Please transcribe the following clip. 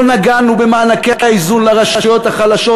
לא נגענו במענקי האיזון לרשויות החלשות.